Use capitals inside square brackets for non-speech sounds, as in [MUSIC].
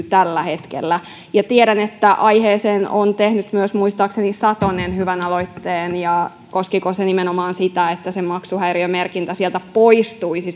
[UNINTELLIGIBLE] tällä hetkellä tiedän että aiheesta on tehnyt myös muistaakseni satonen hyvän aloitteen ja koskea nimenomaan sitä että maksuhäiriömerkintä sieltä poistuisi [UNINTELLIGIBLE]